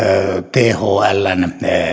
thln